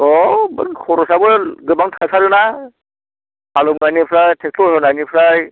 औ खर'साबो गोबां थांथारो ना हालौनायनिफ्राय ट्रेक्टर होनायनिफ्राय